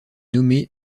nommé